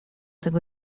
tego